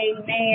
amen